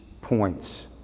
points